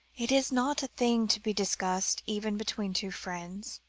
it is not a thing to be discussed, even between two friends.